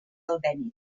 albéniz